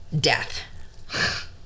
Death